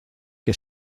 que